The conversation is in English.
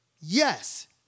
Yes